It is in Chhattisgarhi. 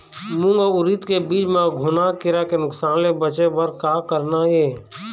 मूंग अउ उरीद के बीज म घुना किरा के नुकसान ले बचे बर का करना ये?